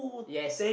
yes